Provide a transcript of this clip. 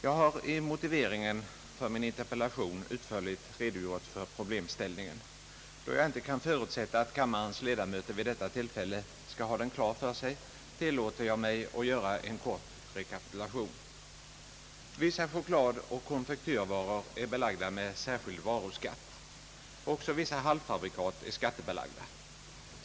Jag har i motiveringen för min interpellation = utförligt redogjort för problemställningen. Då jag inte kan förutsätta att kammarens ledamöter vid detta tillfälle skall ha den klar för sig, tillåter jag mig att göra en kort rekapitulation. Vissa chokladoch konfektyrvaror är belagda med särskild varuskatt. Också vissa halvfabrikat är skattebelagda.